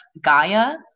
Gaia